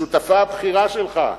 השותפה הבכירה שלך,